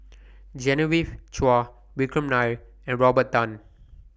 Genevieve Chua Vikram Nair and Robert Tan